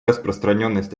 распространенность